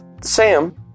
Sam